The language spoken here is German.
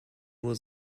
nur